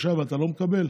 עכשיו אתה לא מקבל,